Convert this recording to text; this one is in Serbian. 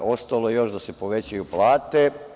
Ostalo je još da se povećaju plate.